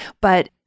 but-